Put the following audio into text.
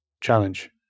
challenge